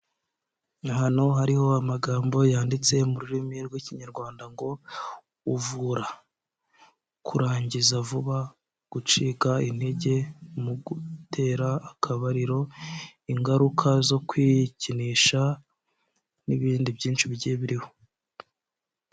Ahantu hariho amagambo yanditse mu rurimi rw'ikinyarwanda ngo ''uvura kurangiza vuba, gucika intege mu gutera akabariro, ingaruka zo kwikinisha'' n'ibindi byinshi bigiye biriho.